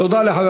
תודה לחבר